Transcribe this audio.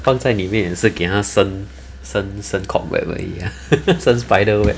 放在里面也是给他生生生 cob web 而已 lah 生 spider web